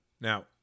Now